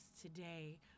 today